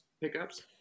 pickups